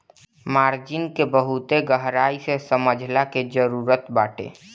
margin के बहुते गहराई से समझला के जरुरत बाटे